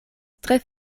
tre